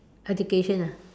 education ah